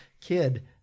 kid